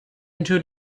into